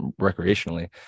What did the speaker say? recreationally